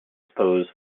expose